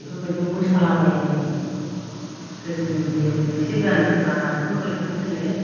बेफोरबायदियाव मोसालाबायो आरोखि गोदोनि जेरखम एसे गान फुराना बेफोरबायदिखौ जोङो